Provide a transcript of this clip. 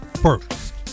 first